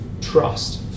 trust